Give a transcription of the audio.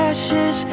Ashes